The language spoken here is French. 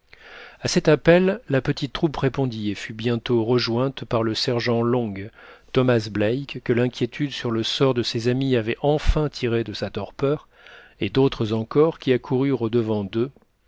à cet appel la petite troupe répondit et fut bientôt rejointe par le sergent long thomas black que l'inquiétude sur le sort de ses amis avait enfin tiré de sa torpeur et d'autres encore qui accoururent au-devant d'eux